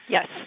Yes